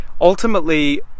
Ultimately